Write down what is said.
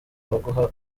baguha